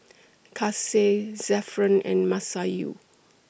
Kasih Zafran and Masayu